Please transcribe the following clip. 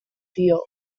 dio